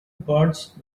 birds